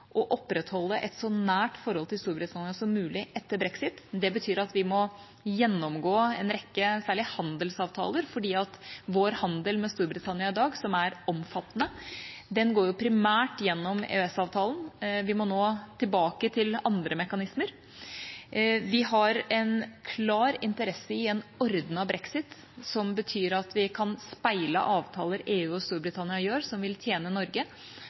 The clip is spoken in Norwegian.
å opprettholde et så nært forhold til Storbritannia som mulig etter brexit. Det betyr at vi må gjennomgå en rekke handelsavtaler særlig, fordi vår handel med Storbritannia i dag, som er omfattende, primært går gjennom EØS-avtalen. Vi må nå tilbake til andre mekanismer. Vi har en klar interesse i en ordnet brexit, som betyr at vi kan speile avtaler EU og Storbritannia gjør, som vil tjene Norge.